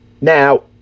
Now